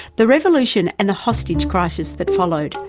the revolution, and the hostage crisis that followed,